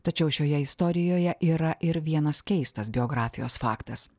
tačiau šioje istorijoje yra ir vienas keistas biografijos faktas